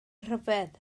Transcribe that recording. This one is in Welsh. rhyfedd